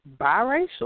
biracial